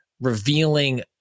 revealing